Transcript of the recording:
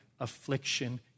Affliction